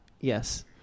yes